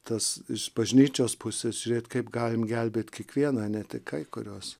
tas iš bažnyčios pusės žiūrėt kaip galim gelbėt kiekvieną ne tik kai kuriuos